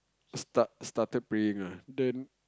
start started praying ah then